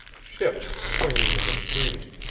ships swinging in the stream,